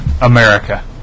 America